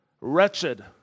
wretched